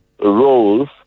roles